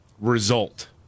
result